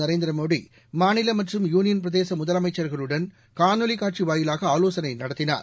நரேந்திர மோடி மாநில மற்றும் யூனியன் பிரதேச முதலமைச்சர்களுடன் காணொலி காட்சி வாயிலாக ஆலோசனை நடத்தினார்